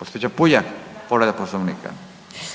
Gospođa Puljak povreda Poslovnika